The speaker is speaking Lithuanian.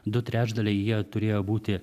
du trečdaliai jie turėjo būti